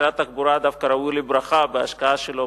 משרד התחבורה דווקא ראוי לברכה בהשקעה שלו